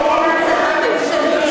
ואם מגישים הצעה ממשלתית,